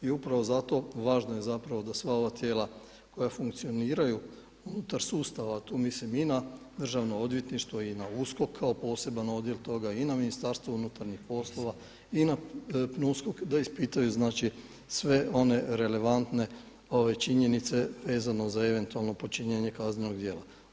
I upravo zato važno je zapravo da sva ova tijela koja funkcioniraju unutar sustava, tu mislim i na Državno odvjetništvo i na USKOK kao poseban odjel toga i na Ministarstvo unutarnjih poslova i na PNUSKOK da ispitaju znači, sve one relevantne činjenice vezano za eventualno počinjenje kaznenog djela.